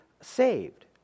saved